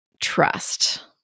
trust